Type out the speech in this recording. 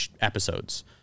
episodes